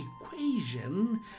equation